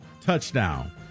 Touchdown